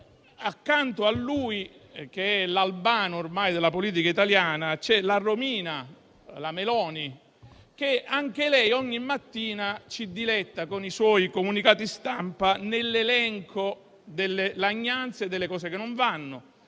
Accanto a lui, che è ormai l'Al Bano della politica italiana, c'è la Romina, che è la Meloni: anche lei ogni mattina ci diletta con i suoi comunicati stampa nell'elenco delle lagnanze e delle cose che non vanno.